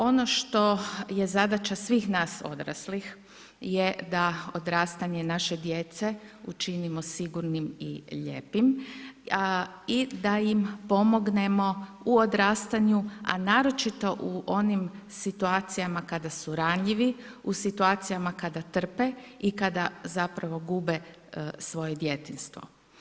Ono što je zadaća svih nas ostalih, je da odrastanje naše djece, učinimo sigurnim i lijepim i da im pomognemo u odrastanju, a naročito u onom situacijama kada su ranjivi, u situacijama kada trpe i zapravo kada gube svoje djetinjstvo.